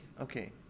Okay